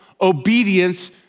obedience